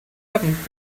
happened